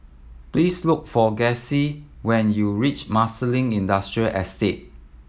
please look for Gussie when you reach Marsiling Industrial Estate